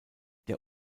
der